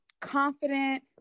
confident